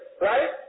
right